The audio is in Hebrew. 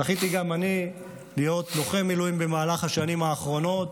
זכיתי גם אני להיות לוחם מילואים במהלך השנים האחרונות,